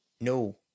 No